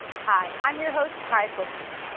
hi, i'm your host kiah twisselman.